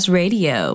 radio